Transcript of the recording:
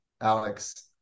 Alex